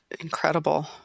incredible